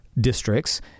districts